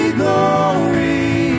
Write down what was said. glory